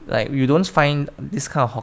like you don't find this kind of hawk~